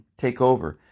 takeover